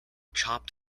chopped